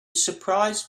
surprise